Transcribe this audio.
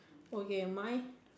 okay mine